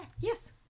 Yes